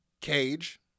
Cage